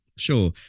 Sure